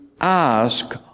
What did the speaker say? ask